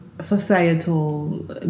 societal